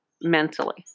mentally